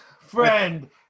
friend